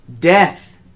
death